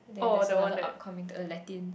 then there's another upcoming uh Latin